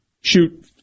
shoot